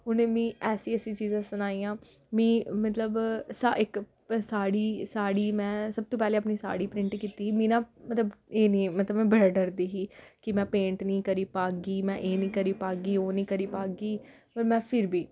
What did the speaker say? उ'नें मीं ऐसी ऐसी चीजां सनाइयां मीं मतलब इक साड़ी साड़ी साड़ी में सब तू पैह्लें अपनी साड़ी प्रिंट कीती ही मीं ना मतलब एह् निं मतलब में बड़ा डरदी ही कि में पेंट निं करी पाह्गी में एह् निं करी पाह्गी ओह् निं करी पाह्गी पर में फिर बी